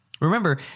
Remember